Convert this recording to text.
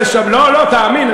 לא לא, תאמין.